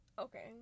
Okay